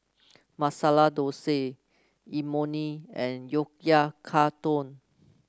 Masala Dosa Imoni and Oyakodon